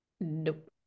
Nope